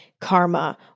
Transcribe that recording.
karma